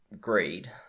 greed